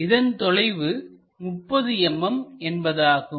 இதன் தொலைவு 30 mm என்பதாகும்